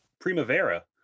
primavera